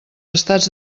estats